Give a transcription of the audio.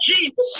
Jesus